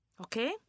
Okay